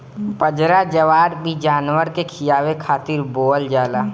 बजरा, जवार भी जानवर के खियावे खातिर बोअल जाला